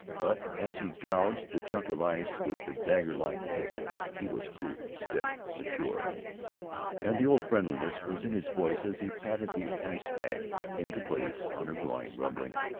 but as he gouged the chunk of ice with the dagger-like pick he was cool, steady, mature and the old friendliness was in his voice as he patted the ice-bag into place on her groin, rumbling,